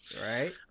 Right